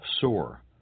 sore